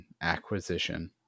acquisition